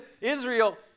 Israel